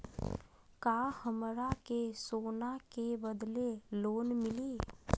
का हमरा के सोना के बदले लोन मिलि?